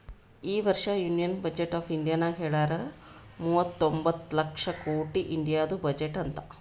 ಈ ವರ್ಷ union budget of ಇಂಡಿಯಾನಾಗ್ ಹೆಳ್ಯಾರ್ ಮೂವತೊಂಬತ್ತ ಲಕ್ಷ ಕೊಟ್ಟಿ ಇಂಡಿಯಾದು ಬಜೆಟ್ ಅಂತ್